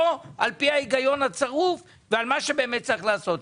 לא על פי ההיגיון הצרוף ועל פי מה שבאמת צריך לעשות.